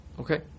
Okay